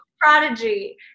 Prodigy